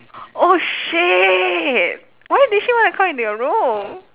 oh shit why did she want to come into your room